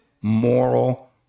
moral